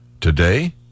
Today